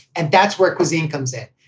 and that's where cuisine comes in.